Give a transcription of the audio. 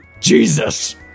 Jesus